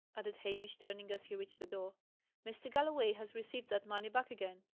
added hamish, turning as he reached the door mr. galloway has received that money back again.